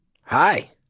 Hi